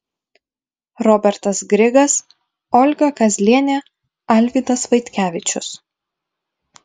robertas grigas olga kazlienė alvydas vaitkevičius